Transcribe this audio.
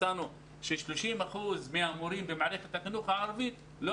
מצאנו ש-30 אחוזים מהמורים במערכת החינוך הערבית לא